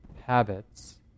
habits